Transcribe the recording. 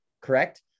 correct